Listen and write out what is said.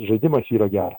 žaidimas yra geras